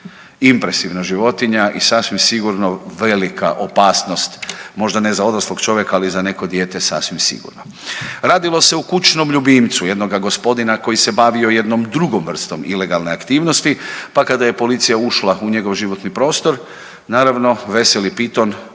Impresivna životinja i sasvim sigurno velika opasnost, možda ne za odrasloga čovjeka, ali za neko dijete sasvim sigurno. Radilo se o kućnom ljubicu jednoga gospodina koji se bavio jednom drugom vrstom ilegalne aktivnosti pa kada je policija ušla u njegov životni prostor naravno veseli piton